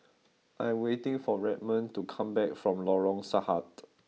I'm waiting for Redmond to come back from Lorong Sahad